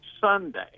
Sunday